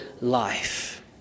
life